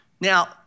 Now